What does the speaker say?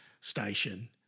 station